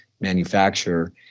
manufacture